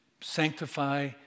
sanctify